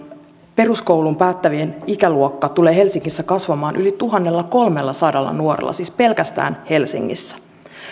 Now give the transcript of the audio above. peruskoulun päättävien ikäluokka tulee helsingissä kasvamaan yli tuhannellakolmellasadalla nuorella siis pelkästään helsingissä